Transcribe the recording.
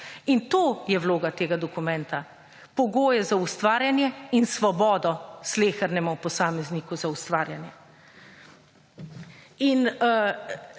In to je vloga tega dokumenta. Pogoje za ustvarjanje in svobodo slehernemu posamezniku za ustvarjanje. In